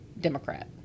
Democrat